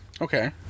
Okay